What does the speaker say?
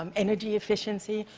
um energy efficiency.